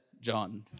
John